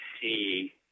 see